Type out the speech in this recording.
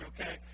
okay